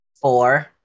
Four